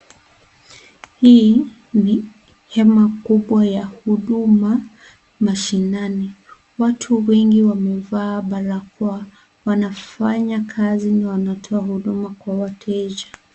Hii ni hema kubwa ya huduma mashinani. Watu wengi wamevaa barakoa wanafanya kazi na wengine wanatoa huduma kwa wateja.